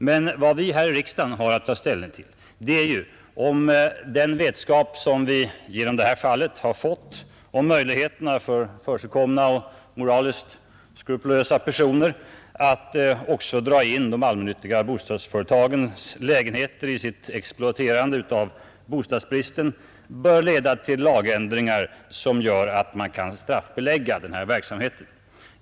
Men vad vi här i riksdagen har att ta ställning till är om den vetskap vi har fått om möjligheterna för försigkomna och moraliskt skrupelfria personer att också dra in de allmännyttiga företagens lägenheter i sitt exploaterande av bostadsbristen bör leda till lagändringar som gör att man kan straffbelägga sådan verksamhet.